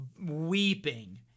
weeping